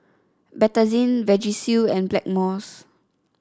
Betadine Vagisil and Blackmores